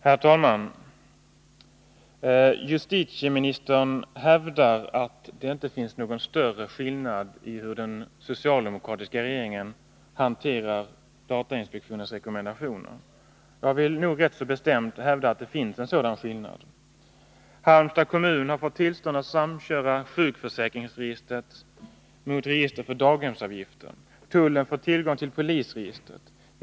Herr talman! Justitieministern hävdar att det inte föreligger någon större skillnad mellan den socialdemokratiska regeringens och de tidigare borgerliga regeringarnas sätt att hantera datainspektionens rekommendationer. Men jag vill ganska bestämt hävda att det föreligger en sådan skillnad. Halmstads kommun har fått tillstånd att samköra sjukförsäkringsregistret med registret för daghemsavgifter. Tullen får tillgång till polisens register.